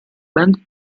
band